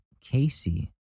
Casey